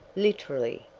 literally,